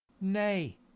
Nay